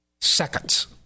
Seconds